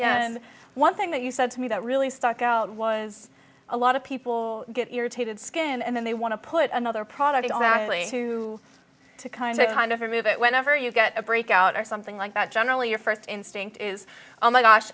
and one thing that you said to me that really stuck out was a lot of people get irritated skin and then they want to put another product on actually to to kind of kind of remove it whenever you get a breakout or something like that generally your first instinct is all my gosh